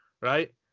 right